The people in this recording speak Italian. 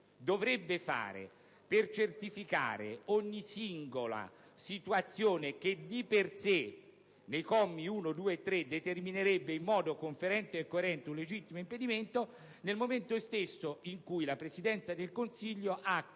dovrebbe fare per certificare ogni singola situazione che di per sé, nei commi 1, 2 e 3, determinerebbe in modo conferente e coerente un legittimo impedimento nel momento stesso in cui la Presidenza del Consiglio ha